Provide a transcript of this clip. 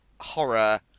horror